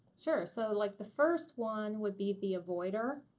sure. so like the first one would be the avoider.